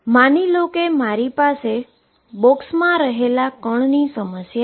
માની લો કે મારી પાસે બોક્સમા રહેલા પાર્ટીકલની સમસ્યા છે